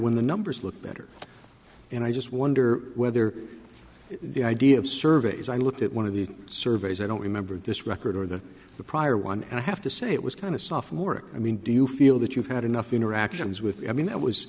when the numbers look better and i just wonder whether the idea of surveys i looked at one of the surveys i don't remember this record or the the prior one and i have to say it was kind of sophomore i mean do you feel that you've had enough interactions with i mean that was